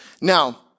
Now